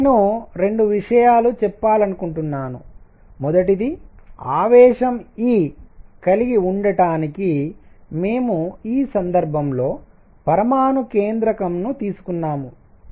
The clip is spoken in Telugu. ఇప్పుడు నేను 2 విషయాలు చెప్పాలనుకుంటున్నాను మొదటిది ఆవేశం e కలిగి ఉండటానికి మేము ఈ సందర్భంలో పరమాణు కేంద్రకం ను తీసుకున్నాము